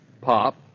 pop